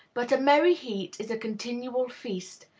but a merry heart is a continual feast,